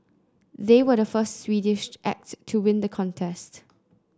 they were the first Swedish act to win the contest